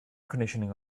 conditioning